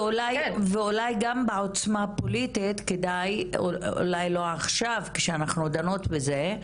ואולי גם בעוצמה הפוליטית כדאי אולי לא עכשיו כשאנחנו דנות בזה,